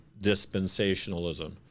dispensationalism